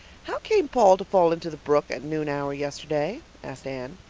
how came paul to fall into the brook at noon hour yesterday? asked anne.